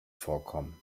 vorkommen